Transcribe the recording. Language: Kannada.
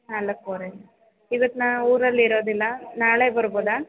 ನಾಲ್ಕೂವರೆ ಇವತ್ತು ನಾನು ಊರಲ್ಲಿ ಇರೋದಿಲ್ಲ ನಾಳೆ ಬರ್ಬೋದಾ